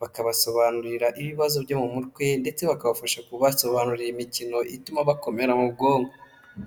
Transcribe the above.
bakabasobanurira ibibazo byo mu mutwe ndetse bakabafasha kubasobanurira imikino ituma bakomera mu bwonko.